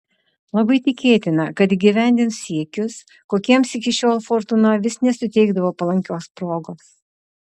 labai tikėtina kad įgyvendins siekius kokiems iki šiol fortūna vis nesuteikdavo palankios progos